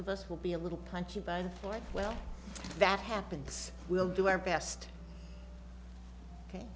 of us will be a little punchy by the fourth well that happens we'll do our best ok